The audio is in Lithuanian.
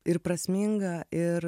ir prasmingą ir